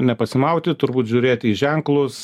nepasimauti turbūt žiūrėti į ženklus